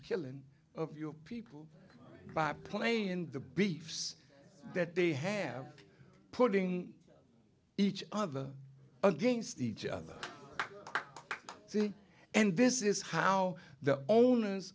killing of your people by playing the beliefs that they have putting each other against each other and this is how the owners